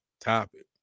topic